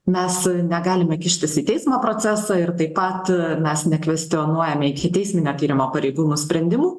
mes negalime kištis į teismo procesą ir taip pat mes nekvestionuojame ikiteisminio tyrimo pareigūnų sprendimų